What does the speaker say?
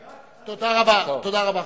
רק אל תקפיאו.